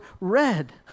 red